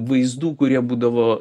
vaizdų kurie būdavo